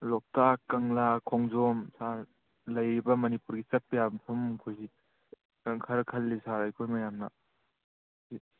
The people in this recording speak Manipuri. ꯂꯣꯛꯇꯥꯛ ꯀꯪꯂꯥ ꯈꯣꯡꯖꯣꯝ ꯁꯥꯔ ꯂꯩꯔꯤꯕ ꯃꯅꯤꯄꯨꯔꯒꯤ ꯃꯐꯝ ꯆꯠꯄ ꯌꯥꯕ ꯑꯩꯈꯣꯏꯒꯤ ꯈꯔ ꯈꯜꯂꯤ ꯑꯩꯈꯣꯏ ꯃꯌꯥꯝꯅ